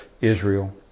Israel